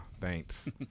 Thanks